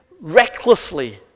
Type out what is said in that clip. recklessly